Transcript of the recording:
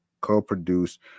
co-produced